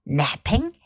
napping